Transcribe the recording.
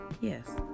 yes